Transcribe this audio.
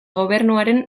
gobernuaren